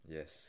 Yes